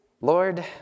Lord